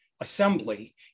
assembly